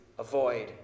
Avoid